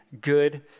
good